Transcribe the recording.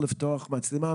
מצלמה?